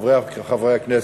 חברי חברי הכנסת,